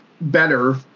better